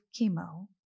chemo